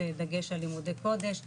דגש על לימודי קודש,